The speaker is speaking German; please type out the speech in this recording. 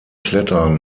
klettern